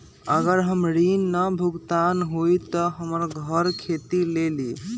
अगर हमर ऋण न भुगतान हुई त हमर घर खेती लेली?